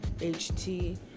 H-T